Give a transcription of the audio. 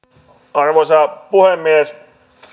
arvoisa puhemies